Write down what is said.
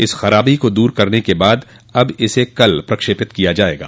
इस खराबी को दूर करने के बाद अब इसे कल प्रक्षेपित किया जाएगा